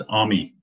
army